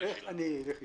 איך אני יכול לחיות?